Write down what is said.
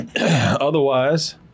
Otherwise